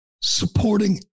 supporting